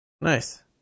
nice